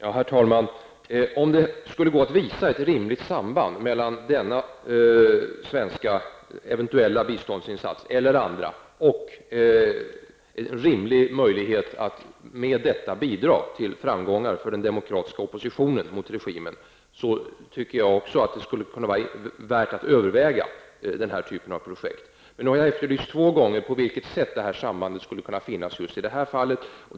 Herr talman! Om det skulle gå att visa ett rimligt samband mellan dessa svenska eventuella biståndsinsatser eller andra och möjligheten att ge den politiska oppositionen mot regimen framgång tycker jag att det skulle kunna vara värt att överväga den typen av projekt. Men jag har nu två gånger efterlyst på vilket sätt detta samband skulle kunna finnas i just detta fall.